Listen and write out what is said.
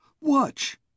Watch